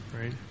Right